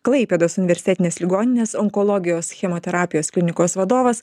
klaipėdos universitetinės ligoninės onkologijos chemoterapijos klinikos vadovas